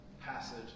passage